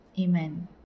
Amen